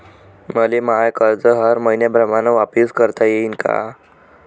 मले माय कर्ज हर मईन्याप्रमाणं वापिस करता येईन का?